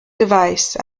device